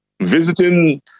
visiting